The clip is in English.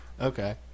Okay